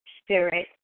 Spirit